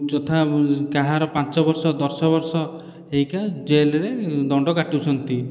ଯଥା କାହାର ପାଞ୍ଚ ବର୍ଷ ଦଶ ବର୍ଷ ଏଇକା ଜେଲରେ ଦଣ୍ଡ କାଟୁଛନ୍ତି